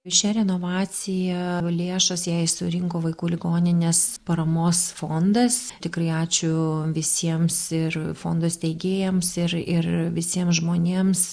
šia renovacija lėšas jai surinko vaikų ligoninės paramos fondas tikrai ačiū visiems ir fondo steigėjams ir ir visiems žmonėms